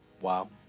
Wow